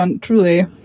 truly